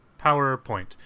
powerpoint